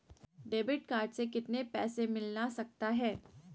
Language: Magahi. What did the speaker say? डेबिट कार्ड से कितने पैसे मिलना सकता हैं?